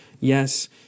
Yes